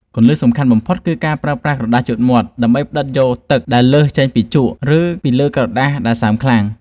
គន្លឹះសំខាន់បំផុតគឺការប្រើប្រាស់ក្រដាសជូតមាត់ដើម្បីផ្តិតយកទឹកដែលលើសចេញពីជក់ ឬ ពីលើផ្ទៃក្រដាសដែលសើមខ្លាំង។